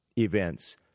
events